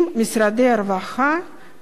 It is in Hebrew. עם משרדי הרווחה,